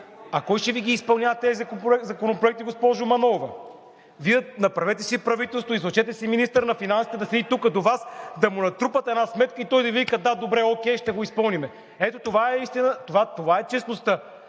а кой ще Ви изпълнява тези проекти, госпожо Манолова? Направете си правителство. Излъчете си министър на финансите да седи тук до Вас – да му натрупате една сметка и той да вика: да, добре, ок, ще го изпълним. Ето това е честността,